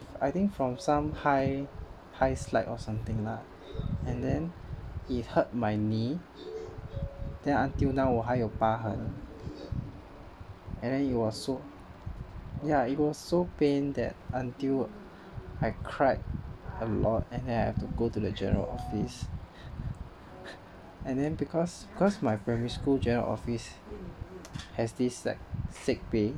I think from some high high slide or something lah and then it hurt my knee then until now 我还有疤痕 and then it was so ya it was so pain that until I cried a lot and then I have to go to the general office and then cause cause my primary school general office has this like sick bay